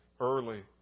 early